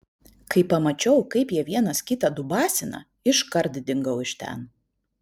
kai pamačiau kaip jie vienas kitą dubasina iškart dingau iš ten